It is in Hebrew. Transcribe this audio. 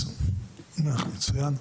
מצוין.